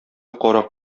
карак